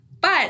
But-